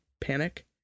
panic